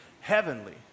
heavenly